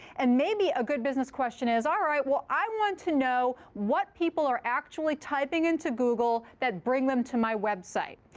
and maybe a good business question is, all right. well, i want to know what people are actually typing into google that bring them to my website.